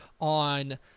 on